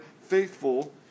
faithful